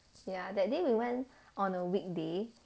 ya that day we went on a weekday